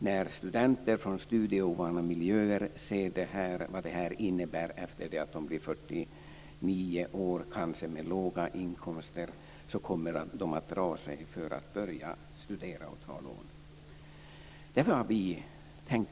När studenter från studieovana miljöer ser vad detta innebär efter det att de blir 49 år och kanske har låga inkomster kommer de att dra sig för att börja studera och ta lån.